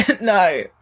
No